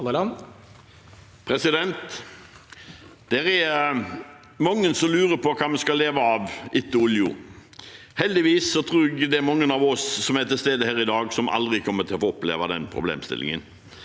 Det er mange som lurer på hva vi skal leve av etter oljen. Heldigvis er det mange av oss som er til stede her i dag, som aldri kommer til å få oppleve den problemstillingen,